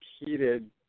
repeated